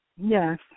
Yes